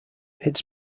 its